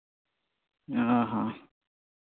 ᱚ ᱦᱚᱸ